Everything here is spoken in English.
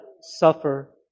suffer